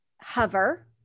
hover